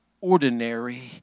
ordinary